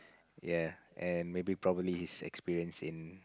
ya and maybe probably he's experience in